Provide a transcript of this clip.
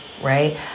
right